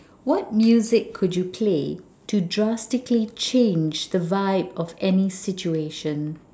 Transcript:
what music could you play to drastically to change the vibe of any situation